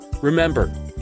Remember